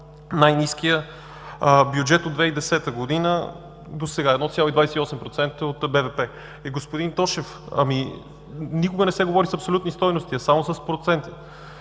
най-ниския бюджет от 2010 г. досега – 1,28% от БВП. Господин Тошев, никога не се говори с абсолютни стойности, а само с проценти.